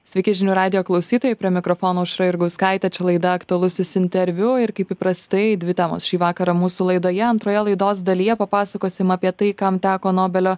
sveiki žinių radijo klausytojai prie mikrofono aušra jurgauskaitė čia laida aktualusis interviu ir kaip įprastai dvi temos šį vakarą mūsų laidoje antroje laidos dalyje papasakosim apie tai kam teko nobelio